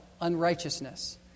Unrighteousness